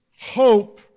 Hope